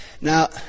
Now